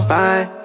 Fine